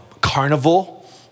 carnival